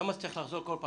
2(ג).